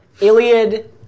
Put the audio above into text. Iliad